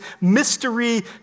mystery